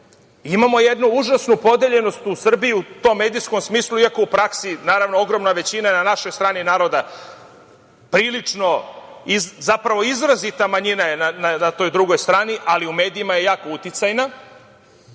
Imamo jednu užasnu podeljenost u Srbiji u tom medijskom smislu iako je u praksi ogromne većina na našoj strani naroda. Izrazita manjina je na toj drugoj strani, ali u medijima je jako uticajna